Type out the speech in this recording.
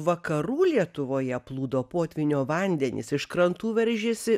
vakarų lietuvoje plūdo potvynio vandenys iš krantų veržėsi